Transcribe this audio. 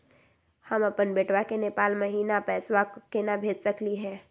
हम अपन बेटवा के नेपाल महिना पैसवा केना भेज सकली हे?